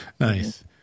Nice